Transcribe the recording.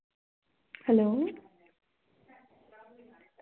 hello